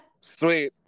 sweet